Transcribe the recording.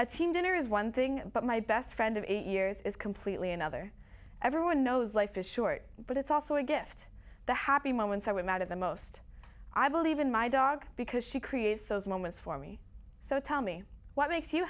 a team dinner is one thing but my best friend of eight years is completely another everyone knows life is short but it's also a gift the happy moments i would not have the most i believe in my dog because she creates those moments for me so tell me what makes you